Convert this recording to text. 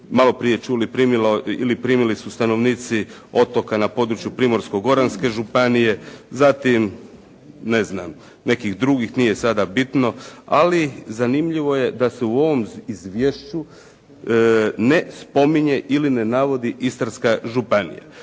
maloprije čuli primili su stanovnici otoka na području Primorsko-goranske županije, zatim nekih drugih, nije sada bitno, ali zanimljivo je da se u ovom izvješću ne spominje ili ne navodi Istarska županija.